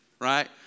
right